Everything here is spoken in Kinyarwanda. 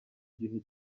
gihe